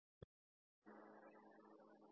u